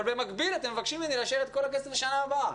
אבל במקביל אתם מבקשים ממני לאשר את כל הכסף לשנה הבאה.